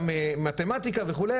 גם מתמטיקה וכו',